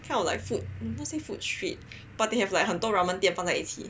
kind of like food 不 say food street but they have like 很多 ramen 店放在一起